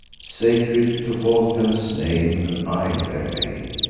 sacred to vulcan's name, an isle there lay,